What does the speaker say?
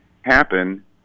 happen